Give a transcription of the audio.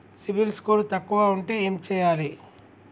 CIBIL score తక్కువ ఉంటే ఏం చేయాలి?